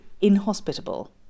inhospitable